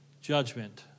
judgment